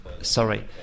Sorry